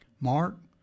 Mark